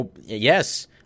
yes